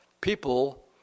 people